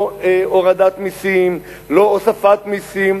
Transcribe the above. לא הורדת מסים, לא הוספת מסים.